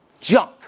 junk